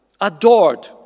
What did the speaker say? adored